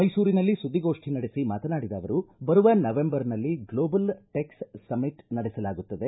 ಮೈಸೂರಿನಲ್ಲಿ ಸುದ್ವಿಗೋಷ್ಟಿ ನಡೆಸಿ ಮಾತನಾಡಿದ ಅವರು ಬರುವ ನವೆಂಬರ್ನಲ್ಲಿ ಗ್ಡೋಬಲ್ ಟೆಕ್ ಸಮ್ಮಟ್ ನಡೆಸಲಾಗುತ್ತದೆ